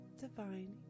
divine